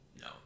no